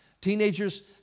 Teenagers